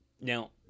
Now